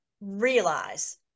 realize